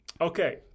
Okay